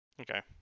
Okay